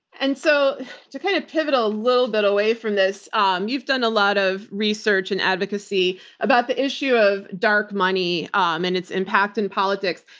and so to kind of pivot a little bit away from this, um you've done a lot of research and advocacy about the issue of dark money um and its impact in politics.